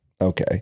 okay